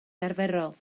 arferol